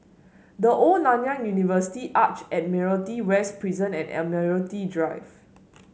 The Old Nanyang University Arch Admiralty West Prison and Admiralty Drive